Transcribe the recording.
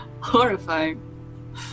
horrifying